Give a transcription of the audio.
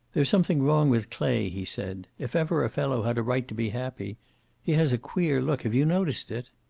there's something wrong with clay, he said. if ever a fellow had a right to be happy he has a queer look. have you noticed it?